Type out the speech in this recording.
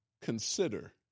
consider